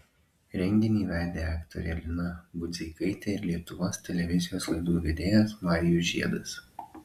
renginį vedė aktorė lina budzeikaitė ir lietuvos televizijos laidų vedėjas marijus žiedas